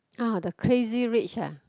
uh the Crazy-Rich ah